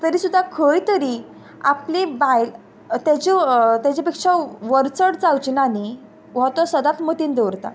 तरी सुद्दां खंय तरी आपली बायल तेजे तेज्या पेक्षा वर्चड जावची ना न्ही व्हो तो सदांच मतीन दवरता